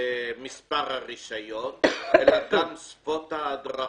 מספר הרישיון, אלא גם שפות ההדרכה,